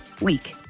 week